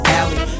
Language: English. alley